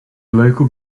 local